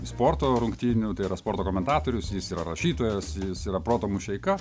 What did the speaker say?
sporto rungtynių tai yra sporto komentatorius jis yra rašytojas jis yra proto mušeika